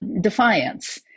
defiance